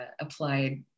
applied